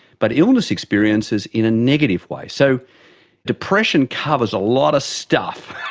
but illness experiences in a negative way. so depression covers a lot of stuff.